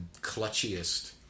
clutchiest